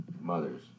mothers